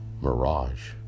mirage